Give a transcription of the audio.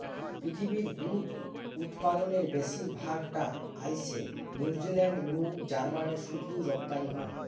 পৃথিবীর দুধ উতপাদনের বেশির ভাগ টা আইসে নিউজিলান্ড নু জার্মানে শুধুই রপ্তানি করে